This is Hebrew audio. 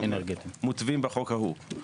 שמותווים בחוק ההוא.